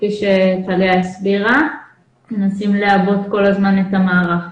נסיבות העניין זה דקות, לא ימים.